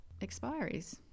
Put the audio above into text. expiries